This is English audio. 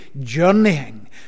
journeying